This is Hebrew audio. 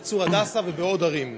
בצור הדסה ובעוד ערים.